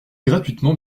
gratuitement